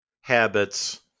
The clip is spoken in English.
habits